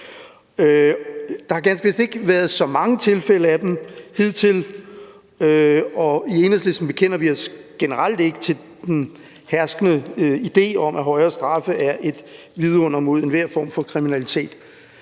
Der har ganske vist ikke været så mange tilfælde af dem hidtil, og i Enhedslisten bekender vi os generelt ikke til den herskende idé om, at højere straffe er et vidunder mod enhver form for kriminalitet,